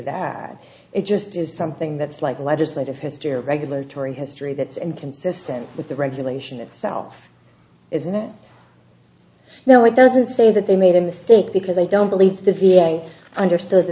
that it just is something that's like legislative history or regular tour history that's inconsistent with the regulation itself isn't it no it doesn't say that they made a mistake because they don't believe the v a understood